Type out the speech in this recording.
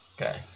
okay